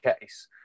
case